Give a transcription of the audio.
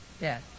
Yes